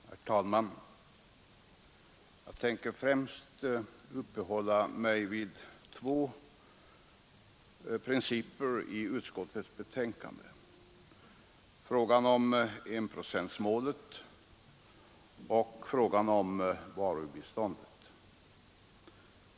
Herr talman! Jag skall främst uppehålla mig vid två principfrågor i utskottets betänkande, nämligen enprocentsmålet och varubiståndet.